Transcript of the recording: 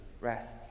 rests